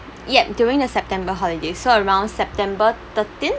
yup during a september holiday so around september thirteen